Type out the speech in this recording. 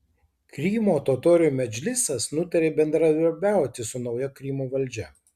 krymo totorių medžlisas nutarė bendradarbiauti su nauja krymo valdžia